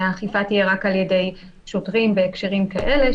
שהאכיפה תהיה רק על ידי שוטרים בהקשרים כאלה,